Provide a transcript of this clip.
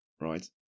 Right